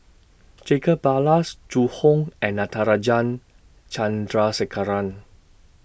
Jacob Ballas Zhu Hong and Natarajan Chandrasekaran